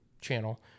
channel